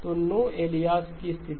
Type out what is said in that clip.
तो no aliasing की स्थिति